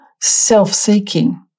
self-seeking